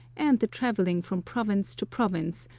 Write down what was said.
and the travelling from province to province,